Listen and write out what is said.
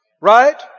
right